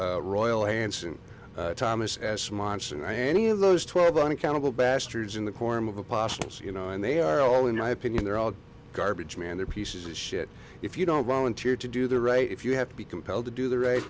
like roylance and thomas s monson i any of those twelve unaccountable bastards in the corm of apostles you know and they are all in my opinion they're all garbage man they're pieces of shit if you don't volunteer to do the right if you have to be compelled to do the right